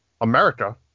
America